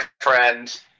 friend